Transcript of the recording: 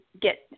get